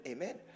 Amen